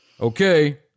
Okay